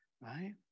right